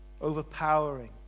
overpowering